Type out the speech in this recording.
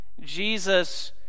Jesus